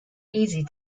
easy